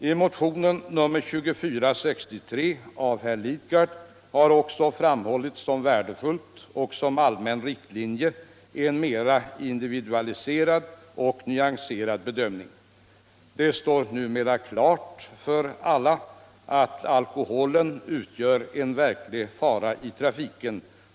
I motionen 2463 av herr Lidgard har också en mera individualiserad och nyanserad bedömning framhållits som värdefull; en sådan bör vara en allmän riktlinje. Det står numera klart för alla att alkoholen utgör en verklig fara i trafiken.